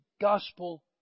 gospel